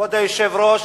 כבוד היושב-ראש,